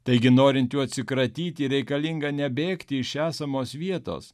taigi norint jų atsikratyti reikalinga ne bėgti iš esamos vietos